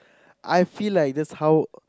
I feel like that's how